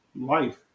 Life